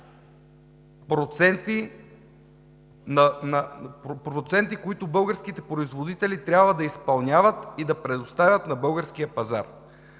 проценти, които българските производители да изпълняват и да предоставят на българския пазар.